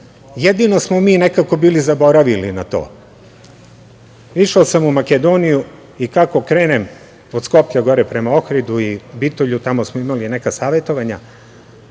Jedino smo mi nekako bili zaboravili na to. Išao sam u Makedoniju i kako krenem od Skoplja gore, prema Ohridu i Bitolju, tamo smo imali neka savetovanja,